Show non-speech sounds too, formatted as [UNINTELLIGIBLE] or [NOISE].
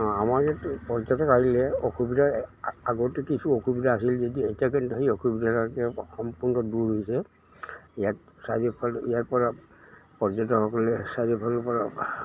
আমাৰ ইয়াত পৰ্যটক আহিলে অসুবিধাৰ আগতে কিছু অসুবিধা আছিল যদি এতিয়া কিন্তু সেই অসুবিধাকে সম্পূৰ্ণ দূৰ হৈছে ইয়াত চাৰিওফালে ইয়াৰপৰা পৰ্যটকসকলে চাৰিওফালৰপৰা [UNINTELLIGIBLE]